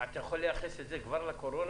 אתה יכול לייחס את זה כבר לקורונה?